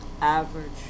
Average